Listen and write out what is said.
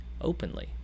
openly